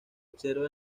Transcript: observa